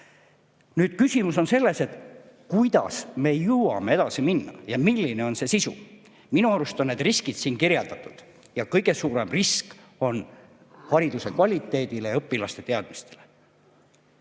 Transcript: ette. Küsimus on selles, kuidas me jõuame edasi minna ja milline on see sisu. Minu arust on need riskid siin kirjeldatud. Kõige suurem risk on hariduse kvaliteedile ja õpilaste teadmistele.